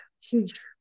huge